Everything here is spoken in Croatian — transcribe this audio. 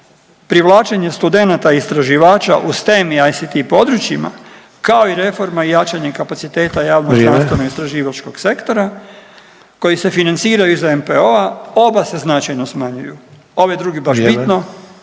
privlačenje studenata istraživača u STEM i ICT područjima kao i reforma i jačanje kapaciteta javnog …/Upadica Sanader: Vrijeme./… znanstvenoistraživačkog sektora koji se financira iz NPO-a oba se značajno smanjuju. Ovi drugi baš bitno